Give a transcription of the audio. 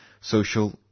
social